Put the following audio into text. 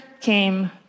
came